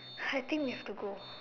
I think we have to go